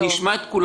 נשמע את כולם.